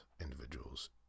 individuals